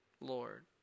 Lord